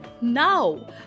Now